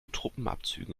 truppenabzügen